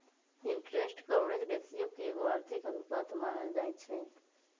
interest coverage ratio के एगो आर्थिक अनुपात मानल जाइ छइ